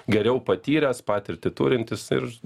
geriau patyręs patirtį turintis ir